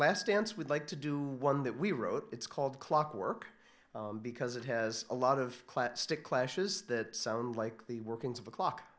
last dance would like to do one that we wrote it's called clockwork because it has a lot of stick clashes that sound like the workings of a clock